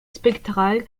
spectrale